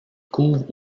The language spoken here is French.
couvrent